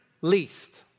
least